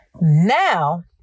Now